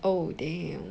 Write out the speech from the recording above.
oh damn